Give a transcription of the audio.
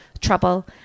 trouble